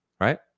right